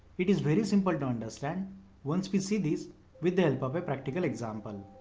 it is very simple to understand once we see this with the help of a practical example.